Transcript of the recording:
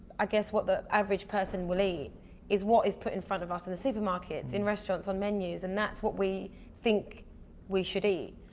i guess what the average person will eat is what is put in front of us in the supermarket, in restaurants, on menus. and that's what we think we should eat.